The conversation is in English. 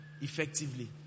effectively